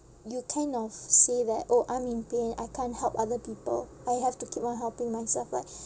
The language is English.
you kind of say that orh I'm in pain I can't help other people I have to keep on helping myself like